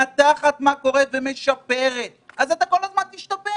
שמנתחת מה קורה ומשפרת, אז אתה כל הזמן תשתפר.